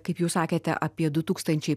kaip jūs sakėte apie du tūkstančiai